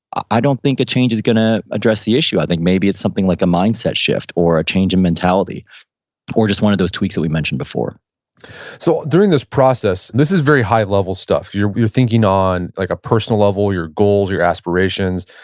i don't think a change is going to address the issue. i think maybe it's something like a mindset shift or a change in mentality or just one of those tweaks that we mentioned before so during this process, this is very high level stuff, you're thinking on like a personal level, your goals, your aspirations,